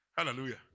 Hallelujah